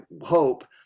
hope